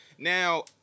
Now